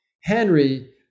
Henry